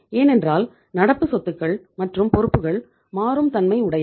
ஏனென்றால் நடப்பு சொத்துகள் மற்றும் பொறுப்புகள் மாறும் தன்மை உடையவை